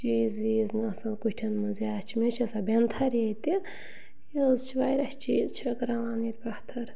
چیٖز ویٖز نہٕ آسان کُٹھٮ۪ن منٛز یا چھِ مےٚ چھِ آسان بٮ۪نتھٕر ییٚتہِ یہِ حظ چھِ واریاہ چیٖز چھٔکراوان ییٚتہِ پَتھٕر